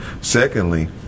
Secondly